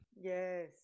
Yes